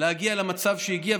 להגיע למצב שהגיע,